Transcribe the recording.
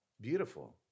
beautiful